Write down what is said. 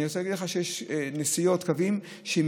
אני רוצה להגיד לך שיש קווים שמנסיעה